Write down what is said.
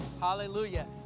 Hallelujah